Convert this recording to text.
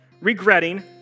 regretting